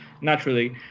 naturally